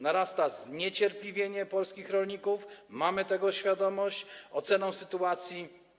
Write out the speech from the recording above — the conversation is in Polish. Narasta zniecierpliwienie polskich rolników, mamy tego świadomość, dotyczące oceny sytuacji.